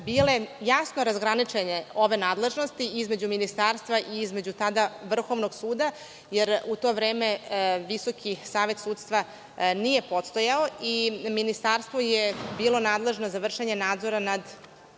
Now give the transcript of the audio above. bile jasno razgraničene ove nadležnosti između Ministarstva i između tada vrhovnog suda, jer u to vreme Visoki savet sudstva nije postojao i Ministarstvo je bilo nadležno za vršenje nadzora nad